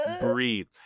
breathe